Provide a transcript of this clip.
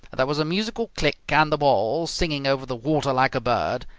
there was a musical click, and the ball, singing over the water like a bird,